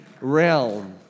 realm